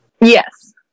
Yes